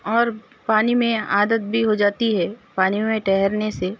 اور پانی میں عادت بھی ہو جاتی ہے پانی میں ٹھہرنے سے